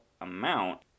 amount